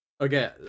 Okay